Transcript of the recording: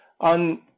on